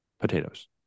potatoes